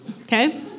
Okay